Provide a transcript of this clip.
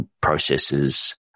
processes